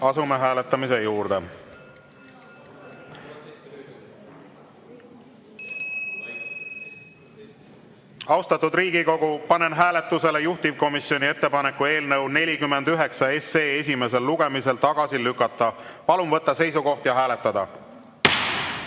asume hääletamise juurde. Austatud Riigikogu, panen hääletusele juhtivkomisjoni ettepaneku eelnõu 49 esimesel lugemisel tagasi lükata. Palun võtta seisukoht ja hääletada!